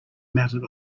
mounted